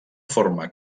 forma